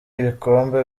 ibikombe